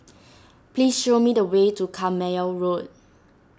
please show me the way to Carpmael Road